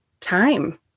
time